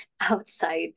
outside